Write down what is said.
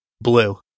Blue